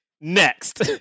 next